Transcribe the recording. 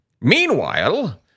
Meanwhile